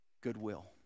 goodwill